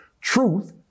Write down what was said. Truth